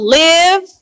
live